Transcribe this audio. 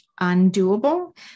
undoable